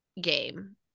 game